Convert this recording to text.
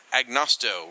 Agnosto